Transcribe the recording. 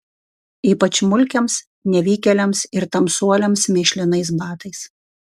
ypač mulkiams nevykėliams ir tamsuoliams mėšlinais batais